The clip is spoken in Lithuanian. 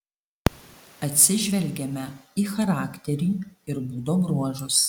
atsižvelgiame į charakterį ir būdo bruožus